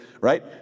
right